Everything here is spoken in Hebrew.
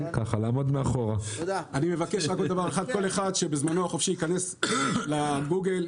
כל אחד בזמנו החופשי ייכנס לגוגל,